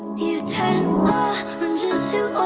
you turn oranges to